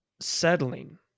settling